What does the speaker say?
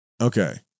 Okay